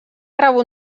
rebut